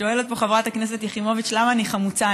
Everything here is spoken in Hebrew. שואלת פה חברת הכנסת יחימוביץ למה אני חמוצה.